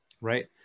right